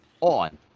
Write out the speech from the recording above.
on